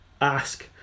ask